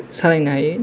सालायनो हायो